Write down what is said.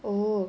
oh